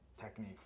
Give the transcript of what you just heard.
technique